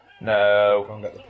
no